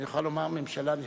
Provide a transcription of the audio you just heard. והיושב-ראש גם כן.